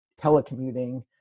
telecommuting